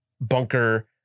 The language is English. bunker